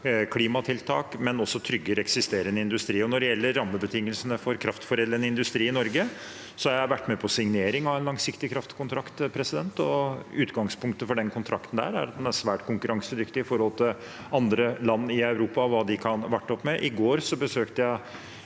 klimatiltak og trygger eksisterende industri. Når det gjelder rammebetingelsene for kraftforedlende industri i Norge, har jeg vært med på signering av en langsiktig kraftkontrakt, og utgangspunktet for den kontrakten er at den er svært konkurransedyktig i forhold til andre land i Europa og hva de kan varte opp med. I går besøkte jeg